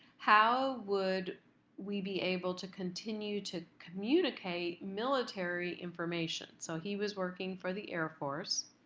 how would we be able to continue to communicate military information. so he was working for the air force,